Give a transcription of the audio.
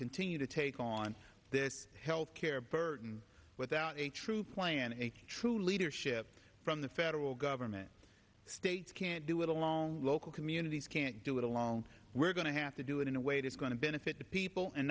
continue to take on this health care burden without a true plan a true leadership from the federal government states can't do it alone local communities can't do it alone we're going to have to do it in a way that's going to benefit the people and